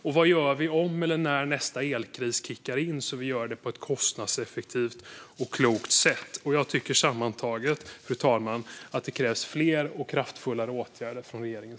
Och vad gör vi om och när nästa elkris kickar in och hur gör vi det på ett kostnadseffektivt och klokt sätt? Fru talman! Sammantaget tycker jag att det krävs fler och kraftfullare åtgärder från regeringen.